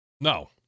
No